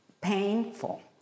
Painful